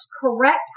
correct